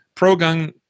pro-gun